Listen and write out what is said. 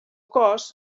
cos